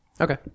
okay